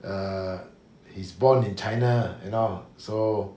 err he's born in china you know so